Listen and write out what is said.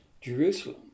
Jerusalem